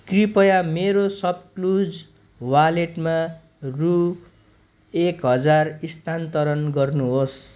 कृपया मेरो सपक्लुज वालेटमा रु एक हजार स्थानान्तरण गर्नुहोस्